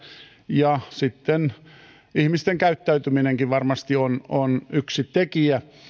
ja ihmisten käyttäytyminenkin on on varmasti yksi tekijä